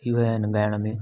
इहे आहिनि ॻाइण में